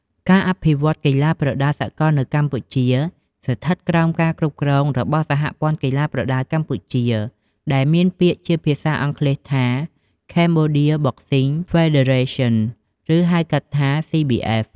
ការអភិវឌ្ឍន៍កីឡាប្រដាល់សកលនៅកម្ពុជា ស្ថិតក្រោមការគ្រប់គ្រងរបស់សហព័ន្ធកីឡាប្រដាល់កម្ពុជា ដែលមានពាក្យជាភាសាអង់គ្លេសថា Cambodia Boxing Federation ឬហៅកាត់ថា CBF។